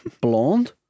blonde